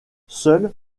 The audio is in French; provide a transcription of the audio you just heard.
seule